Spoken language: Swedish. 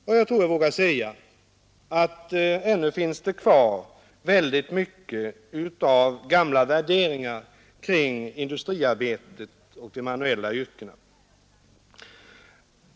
Vidare finns det — det tror jag att jag vågar säga — väldigt mycket av gamla värderingar kring industriarbetet och de manuella yrkena.